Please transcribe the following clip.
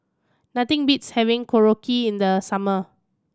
nothing beats having Korokke in the summer